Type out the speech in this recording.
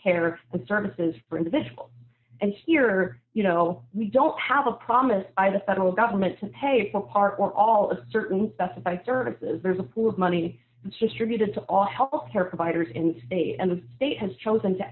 of the services for individuals and here you know we don't have a promise by the federal government to pay for part or all of a certain specified services there's a pool of money just tribute it's all health care providers in state and the state has chosen to